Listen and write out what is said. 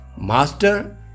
Master